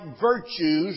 virtues